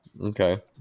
okay